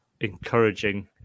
encouraging